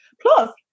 plus